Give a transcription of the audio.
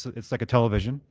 so it's like a television.